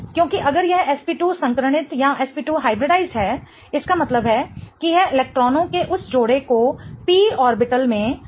क्योंकि अगर यह sp2 संकरणित है इसका मतलब है कि यह इलेक्ट्रॉनों के उस जोड़े को पी ऑर्बिटल में डाल सकता है